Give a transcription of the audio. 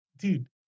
Dude